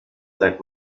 seit